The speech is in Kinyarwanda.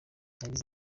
yagize